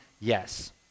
Yes